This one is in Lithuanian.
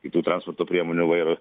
kitų transporto priemonių vairo